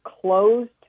closed